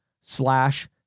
slash